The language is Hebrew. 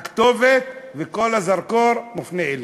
הכתובת, וכל הזרקור מופנה אליך.